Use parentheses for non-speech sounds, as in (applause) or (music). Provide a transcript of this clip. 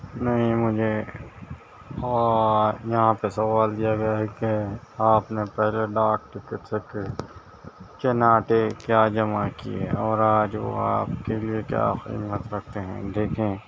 نہیں مجھے یہاں پہ سوال دیا گیا ہے کہ آپ نے پہلے ڈاک ٹکٹ سے کے (unintelligible) کیا جمع کیے اور آج وہ آپ کے لیے کیا قیمت رکھتے ہیں دیکھیں